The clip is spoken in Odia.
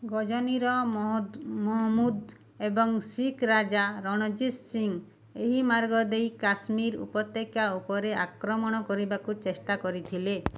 ଗଜନୀର ମହମୁଦ ଏବଂ ଶିଖ୍ ରାଜା ରଣଜିତ ସିଂ ଏହି ମାର୍ଗ ଦେଇ କାଶ୍ମୀର ଉପତ୍ୟକା ଉପରେ ଆକ୍ରମଣ କରିବାକୁ ଚେଷ୍ଟା କରିଥିଲେ